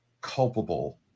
culpable